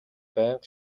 байнга